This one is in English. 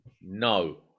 no